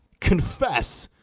confess!